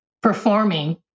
performing